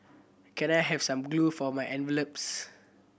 can I have some glue for my envelopes